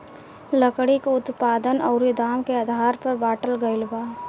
लकड़ी के उत्पादन अउरी दाम के आधार पर बाटल गईल बा